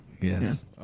Yes